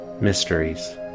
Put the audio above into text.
mysteries